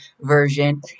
version